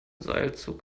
seilzug